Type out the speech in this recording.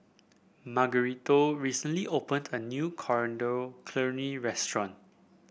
Margarito recently opened a new Coriander Chutney Restaurant